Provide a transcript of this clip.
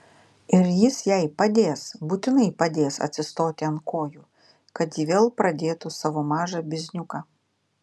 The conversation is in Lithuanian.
ir jis jai padės būtinai padės atsistoti ant kojų kad ji vėl pradėtų savo mažą bizniuką